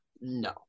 No